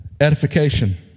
Edification